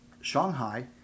Shanghai